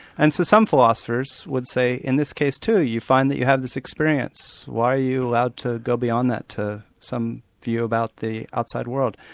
and so some philosophers would say in this case too, you find that you had this experience, why are you out to go beyond that, some view about the outside world?